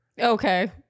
Okay